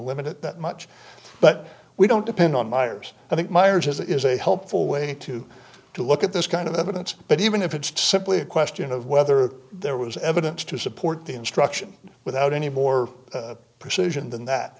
limit it that much but we don't depend on myers i think myers is a helpful way to to look at this kind of evidence but even if it's simply a question of whether there was evidence to support the instruction without any more precision than that